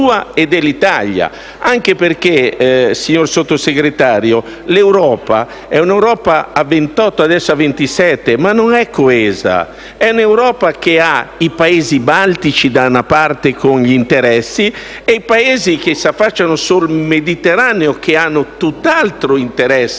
sua e dell'Italia. Anche perché, signor Sottosegretario, l'Europa era composta da 28 Paesi, adesso da 27, ma non è coesa. Ci sono i Paesi baltici da una parte con i loro interessi e i Paesi che si affacciano sul Mediterraneo che hanno tutt'altri interessi.